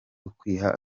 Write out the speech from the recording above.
ukwiha